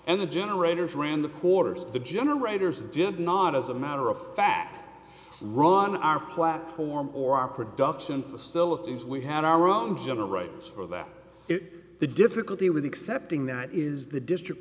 and the generators ran the quarters the generators did not as a matter of fact wrong on our platform or our production facilities we had our own generators for that is the difficulty with accepting that is the district